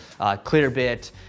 Clearbit